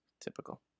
Typical